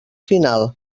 final